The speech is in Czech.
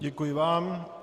Děkuji vám.